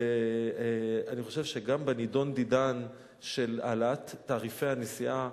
ואני חושב שגם בנדון דידן של העלאת תעריפי הנסיעה,